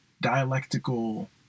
dialectical